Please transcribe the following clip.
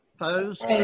Opposed